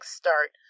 start